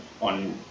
on